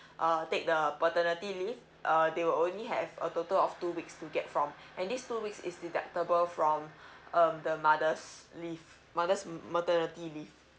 uh take the paternity leave uh they will only have a total of two weeks to get from and this two weeks is deductible from um the mothers' leave mothers' maternity leave